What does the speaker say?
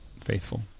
faithful